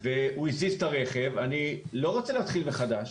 והוא הזיז את הרכב אני לא רוצה להתחיל מחדש.